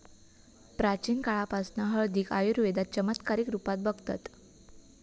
प्राचीन काळापासना हळदीक आयुर्वेदात चमत्कारीक रुपात बघतत